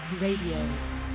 Radio